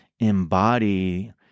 embody